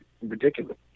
ridiculous